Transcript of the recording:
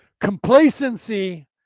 Complacency